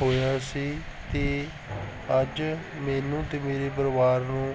ਹੋਇਆ ਸੀ ਅਤੇ ਅੱਜ ਮੈਨੂੰ ਅਤੇ ਮੇਰੀ ਪਰਿਵਾਰ ਨੂੰ